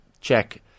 check